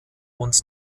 und